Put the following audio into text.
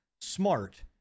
smart